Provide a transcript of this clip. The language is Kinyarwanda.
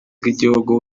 bw’igihugu